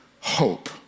hope